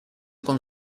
con